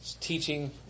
teaching